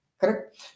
Correct